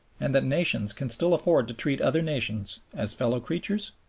and that nations can still afford to treat other nations as fellow-creatures?